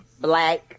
black